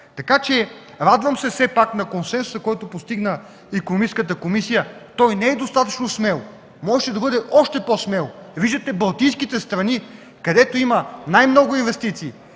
хората. Радвам се все пак на консенсуса, който постигна Икономическата комисия. Той не е достатъчно смел, можеше да бъде още по-смел. Виждате Балтийските страни, където има най-много инвестиции